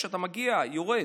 כשאתה מגיע, יורד,